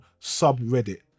subreddit